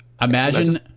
Imagine